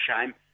shame